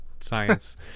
science